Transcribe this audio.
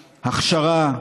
הכשרה,